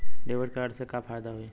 Debit card से का फायदा होई?